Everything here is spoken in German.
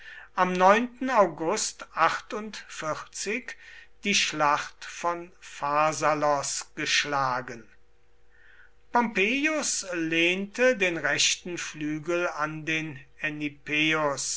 am august die schlacht von pharsalos geschlagen pompeius lehnte den rechten flügel an den